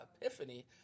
epiphany